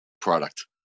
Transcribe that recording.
product